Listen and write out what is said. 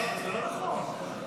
זה לא נכון.